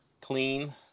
clean